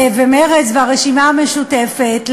מרצ והרשימה המשותפת,